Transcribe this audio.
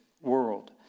world